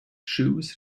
shoes